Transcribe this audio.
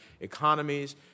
economies